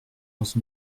onze